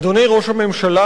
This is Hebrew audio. אדוני ראש הממשלה,